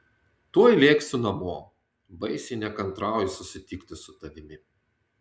tuoj lėksiu namo baisiai nekantrauju susitikti su tavimi